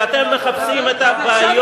שאתם מחפשים את הבעיות,